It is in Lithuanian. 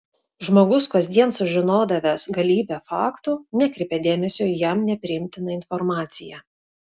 žmogus kasdien sužinodavęs galybę faktų nekreipė dėmesio į jam nepriimtiną informaciją